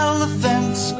Elephants